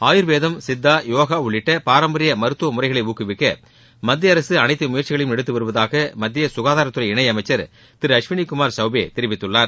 ஆயுர்வேதம் சித்தா யோகா உள்ளிட்ட பாரம்பரிய மருத்துவமுறைகளை ஊக்குவிக்க மத்திய அரசு அனைத்து முயற்சிகளையும் எடுத்து வருவதாக மத்திய சுகாதாரத்துறை இணையமைச்சர் திரு அஷ்வினிகுமார் சௌபே தெரிவித்துள்ளார்